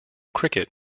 cricket